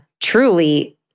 truly